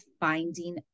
finding